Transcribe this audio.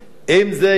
אם זה יחסם